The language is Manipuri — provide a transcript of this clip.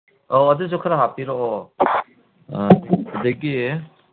ꯑꯣ ꯑꯗꯨꯁꯨ ꯈꯔ ꯍꯥꯞꯄꯤꯔꯛꯑꯣ ꯑ ꯑꯗꯒꯤ